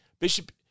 Bishop